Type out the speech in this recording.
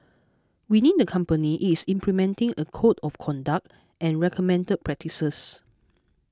within the company is implementing a code of conduct and recommended practices